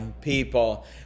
people